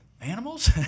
animals